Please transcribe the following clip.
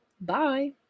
Bye